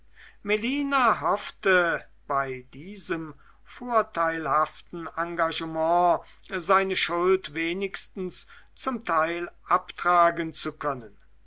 melina hoffte bei diesem vorteilhaften engagement seine schuld wenigstens zum teil abtragen zu können